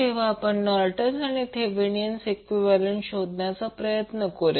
तेव्हा आपण नोर्टन आणि थेवेनीण इक्विवैलेन्ट शोधण्याचा प्रयत्न करूया